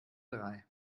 drei